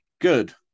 good